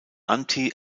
anti